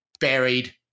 Buried